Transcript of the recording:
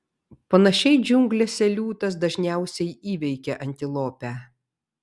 panašiai džiunglėse liūtas dažniausiai įveikia antilopę